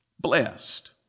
blessed